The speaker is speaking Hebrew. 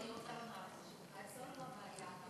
אני רוצה לומר משהו: זו לא הבעיה.